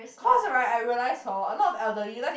cause right I realise hor a lot of elderly like